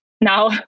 Now